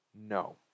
No